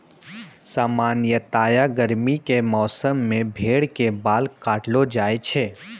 सामान्यतया गर्मी के मौसम मॅ भेड़ के बाल काटलो जाय छै